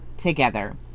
Together